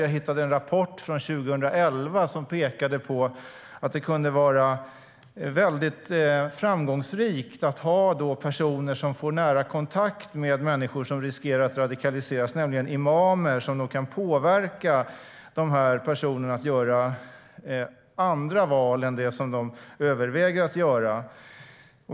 Jag hittade en rapport från 2011 som pekade på att det kunde vara framgångsrikt att ha personer som kan få nära kontakt med människor som riskerar att radikaliseras, nämligen imamer som kan påverka dessa personer att göra andra val än de som de överväger att göra.